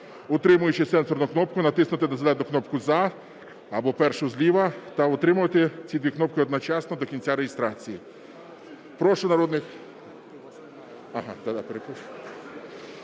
утримуючи сенсорну кнопку, натиснути на зелену кнопку "За" або першу зліва та утримувати ці дві кнопки одночасно до кінця реєстрації.